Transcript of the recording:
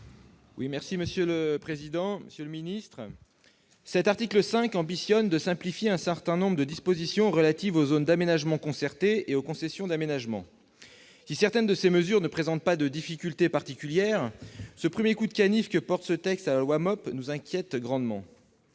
Gontard, sur l'article. Le présent article ambitionne de simplifier un certain nombre de dispositions relatives aux zones d'aménagement concerté et aux concessions d'aménagement. Si certaines de ces mesures ne présentent pas de difficulté particulière, ce premier coup de canif porté à la loi MOP nous inquiète grandement.